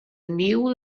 niwl